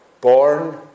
born